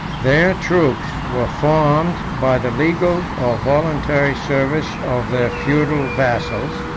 their troops were formed by the legal or voluntary service of their feudal vassals,